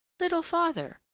little father,